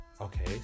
okay